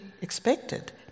expected